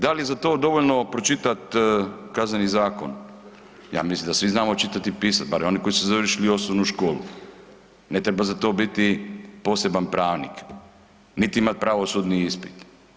Da li je za to dovoljno pročitati Kazneni zakon, ja mislim da svi znamo čitati i pisati barem oni koji su završili osnovnu školu ne treba za to biti poseban pravnik, niti imati pravosudni ispit.